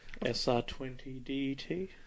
SR20DT